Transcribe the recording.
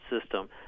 system